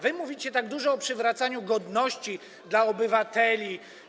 Wy mówicie tak dużo o przywracaniu godności obywatelom.